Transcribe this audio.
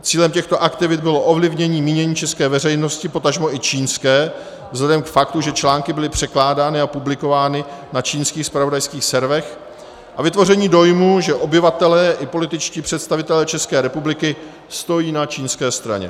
Cílem těchto aktivit bylo ovlivnění mínění české veřejnosti, potažmo i čínské, vzhledem k faktu, že články byly překládány a publikovány na čínských zpravodajských serverech, a vytvoření dojmu, že obyvatelé i političtí představitelé České republiky stojí na čínské straně.